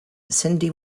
cindy